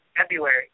February